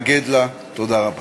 התנגדות רגע